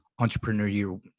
entrepreneurial